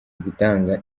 gutanga